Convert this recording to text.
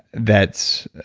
that's,